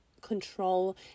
control